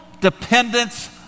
dependence